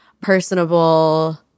personable